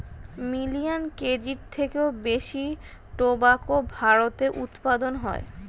million কেজির থেকেও বেশি টোবাকো ভারতে উৎপাদন হয়